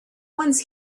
once